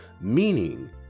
meaning